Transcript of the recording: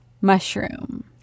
mushroom